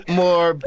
more